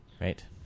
Right